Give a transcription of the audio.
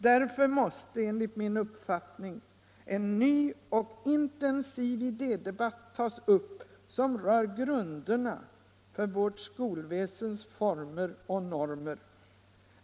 Därför måste enligt min uppfattning en ny och intensiv idédebatt tas upp, som rör grunderna för vårt skolväsens former och normer.